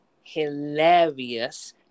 hilarious